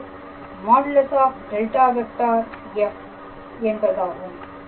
இது |∇⃗⃗ f| என்பதாகும்